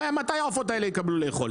מתי העופות האלה יקבלו לאכול?